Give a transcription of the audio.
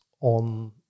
On